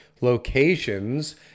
locations